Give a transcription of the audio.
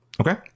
Okay